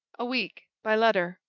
a week by letter,